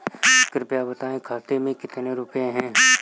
कृपया बताएं खाते में कितने रुपए हैं?